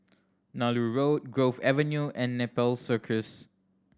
Nallur Road Grove Avenue and Nepal Circus